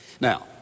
Now